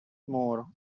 more